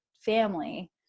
family